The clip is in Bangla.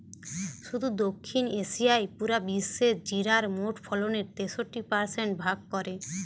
শুধু দক্ষিণ এশিয়াই পুরা বিশ্বের জিরার মোট ফলনের তেষট্টি পারসেন্ট ভাগ করে